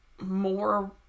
more